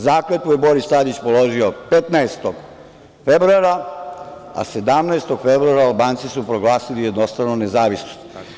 Zakletvu je Boris Tadić položio 15. februara, a 17. februara Albanci su proglasili jednostranu nezavisnost.